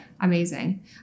Amazing